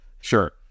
Sure